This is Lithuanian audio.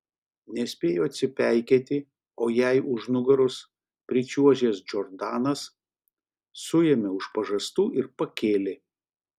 nespėjo atsipeikėti o jai už nugaros pričiuožęs džordanas suėmė už pažastų ir pakėlė